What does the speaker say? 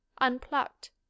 unplucked